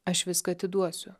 aš viską atiduosiu